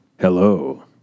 Hello